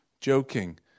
Joking